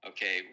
Okay